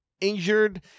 injured